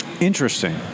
Interesting